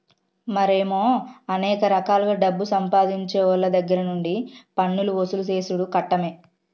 మరి ఏమో అనేక రకాలుగా డబ్బులు సంపాదించేవోళ్ళ దగ్గర నుండి పన్నులు వసూలు సేసుడు కట్టమే